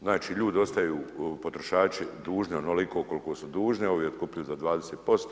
Znači, ljudi ostaju potrošači dužni onoliko koliko su dužni, a ovi otkupljuju za 20%